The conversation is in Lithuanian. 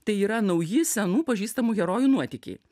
tai yra nauji senų pažįstamų herojų nuotykiai